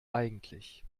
eigentlich